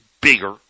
bigger